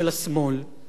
צריך להודות בזה.